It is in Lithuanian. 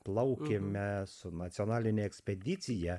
plaukėme su nacionaline ekspedicija